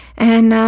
and, ah,